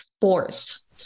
force